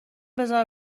بزار